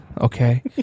Okay